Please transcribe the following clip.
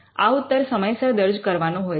આ ઉત્તર સમયસર દર્જ કરવાનો હોય છે